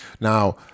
Now